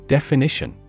Definition